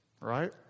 Right